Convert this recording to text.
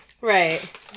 Right